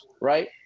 right